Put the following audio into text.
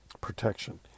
protection